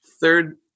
Third